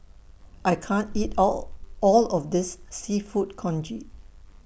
I can't eat All All of This Seafood Congee